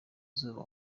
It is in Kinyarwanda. izuba